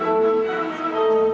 no no no